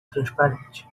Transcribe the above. transparente